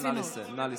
נא לסיים,